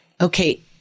okay